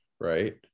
right